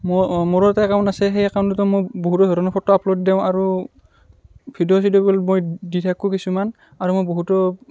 মোৰ মোৰো এটা একাউণ্ট আছে সেই একাউণ্টততো মই বহুতো ধৰণৰ ফটো আপলোড দিওঁ আৰু ভিডিঅ' চিডিঅ'বোৰ মই দি থাকোঁ কিছুমান আৰু মই বহুতো